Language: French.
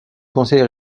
conseil